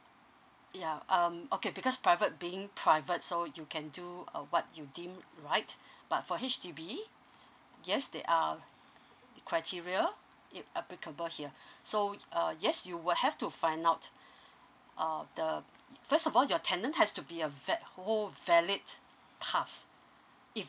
ya um okay because private being private so you can do a what you dinner right but for H_D_B yes the um criteria it applicable here so uh yes you will have to find out uh the first of all your talent has to be a vet whole valid pass if